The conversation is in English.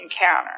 encounter